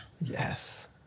Yes